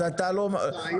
אז אתה לא יודע,